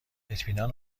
اطمینان